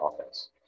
offense